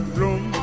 room